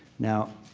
now,